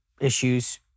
Issues